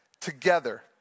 together